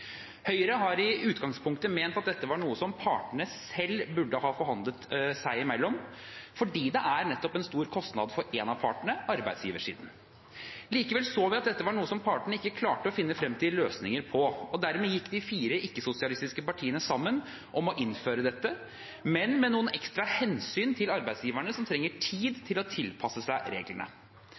Høyre har i utgangspunktet ment at dette var noe partene selv burde ha forhandlet om seg imellom, fordi det nettopp er en stor kostnad for en av partene: arbeidsgiversiden. Likevel så vi at dette var noe partene ikke klarte å finne løsninger på, og dermed gikk de fire ikke-sosialistiske partiene sammen om å innføre dette, men man tok noen ekstra hensyn til arbeidsgiverne, som trenger tid til å tilpasse seg reglene.